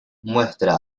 muestra